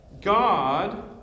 God